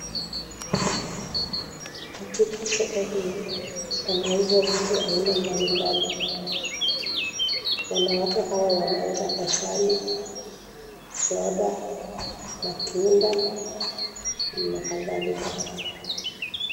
Katika soko hii pana uzwa vitu aina mbali mbali. Wanawake hawa wanauza asali, soda, matunda na kadhalika.